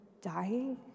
dying